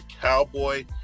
Cowboy